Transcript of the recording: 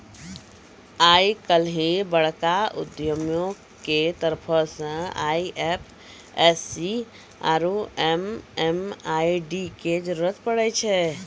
आइ काल्हि बड़का उद्यमियो के तरफो से आई.एफ.एस.सी आरु एम.एम.आई.डी के जरुरत पड़ै छै